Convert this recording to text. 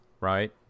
right